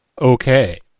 Okay